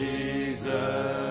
Jesus